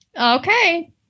Okay